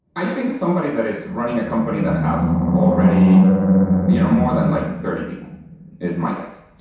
i think somebody that is running a company that has already you know more than like thirty people is my guess.